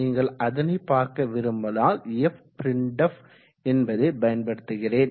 நீங்கள் அதனை பார்க்க விரும்பினால் fprintf என்பதை பயன்படுத்துகிறேன்